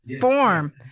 form